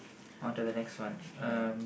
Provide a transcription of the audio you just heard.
on to the next one um